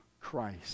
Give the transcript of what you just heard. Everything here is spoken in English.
Christ